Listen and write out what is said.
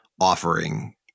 offering